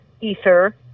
ether